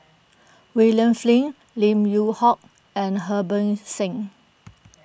William Flint Lim Yew Hock and Harbans Singh